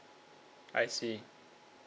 I see